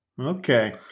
Okay